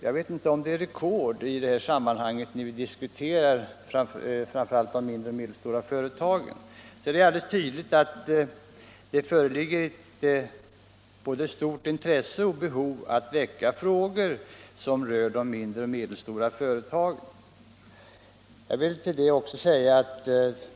Jag vet inte om det är rekord för en diskussion som framför allt rör de mindre och medelstora företagen, men det är tydligt att det föreligger både ett stort intresse och ett stort behov av att ta upp frågor som berör de mindre och medelstora företagen.